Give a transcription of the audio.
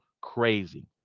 crazy